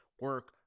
Work